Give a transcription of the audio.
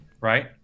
right